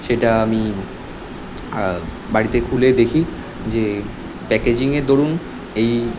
সেটা আমি বাড়িতে খুলে দেখি যে প্যাকেজিংয়ের দরুন এই